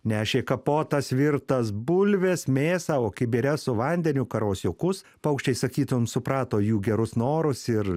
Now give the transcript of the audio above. nešė kapotas virtas bulves mėsą o kibire su vandeniu karosiukus paukščiai sakytum suprato jų gerus norus ir